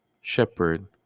shepherd